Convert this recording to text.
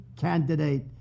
candidate